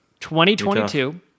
2022